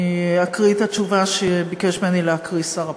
אני אקריא את התשובה שביקש ממני להקריא שר הפנים.